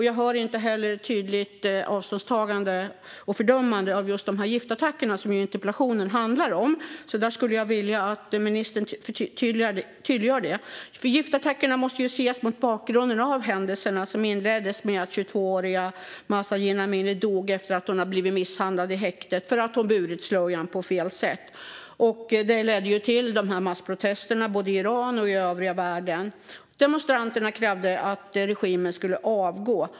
Jag hör inte heller ett tydligt avståndstagande och fördömande av just giftattackerna, som ju interpellationen handlar om. Jag skulle vilja att ministern tydliggör det. Giftattackerna måste ses mot bakgrund av händelserna som inleddes med att 22-åriga Mahsa Jina Amini dog efter att ha blivit misshandlad i häktet för att ha burit slöjan på fel sätt. Det ledde till massprotester både i Iran och i övriga världen, och demonstranterna krävde att regimen skulle avgå.